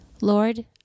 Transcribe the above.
Lord